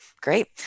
Great